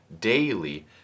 daily